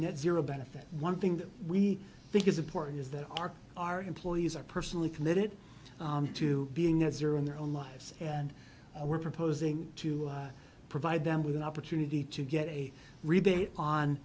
net zero benefit one thing that we think is important is that our our employees are personally committed to being at zero in their own lives and we're proposing to provide them with an opportunity to get a rebate on